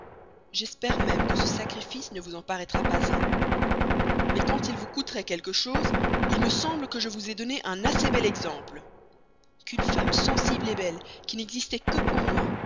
j'espère même que ce sacrifice ne vous en paraîtra pas un mais quand il vous coûterait quelque chose il me semble que je vous ai donné un assez bel exemple qu'une femme également sensible belle qui n'existait que pour moi